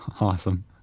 Awesome